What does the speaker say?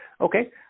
Okay